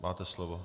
Máte slovo.